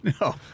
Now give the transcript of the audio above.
No